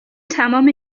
تمام